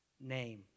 name